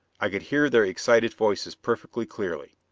i could hear their excited voices perfectly clearly.